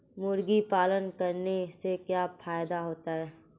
मुर्गी पालन करने से क्या फायदा होता है?